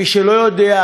מי שלא יודע,